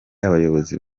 abayobozi